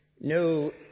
No